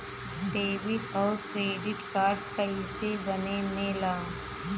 Debit और credit card कईसे बने ने ला?